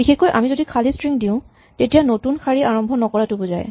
বিশেষকৈ আমি যদি খালী স্ট্ৰিং দিওঁ তেতিয়া নতুন শাৰী আৰম্ভ নকৰাটো বুজায়